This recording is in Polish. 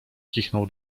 kichnął